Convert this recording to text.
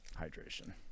hydration